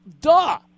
Duh